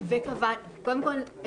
קודם כל,